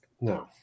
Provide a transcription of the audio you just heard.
no